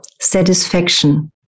satisfaction